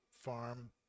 farm